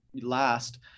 last